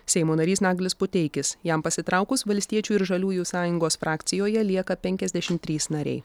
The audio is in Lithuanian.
seimo narys naglis puteikis jam pasitraukus valstiečių ir žaliųjų sąjungos frakcijoje lieka penkiasdešimt trys nariai